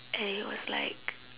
and he was like